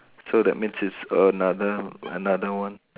so that means it's another another one